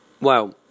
Wow